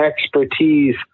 expertise